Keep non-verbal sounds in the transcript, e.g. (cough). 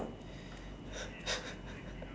(breath)